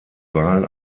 wahl